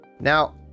Now